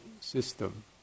system